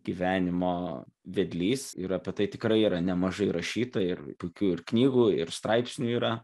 gyvenimo vedlys ir apie tai tikrai yra nemažai rašyta ir puikių ir knygų ir straipsnių yra